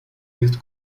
jest